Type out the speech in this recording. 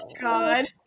God